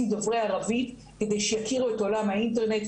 דוברי ערבית כדי שיכירו את עולם האינטרנט,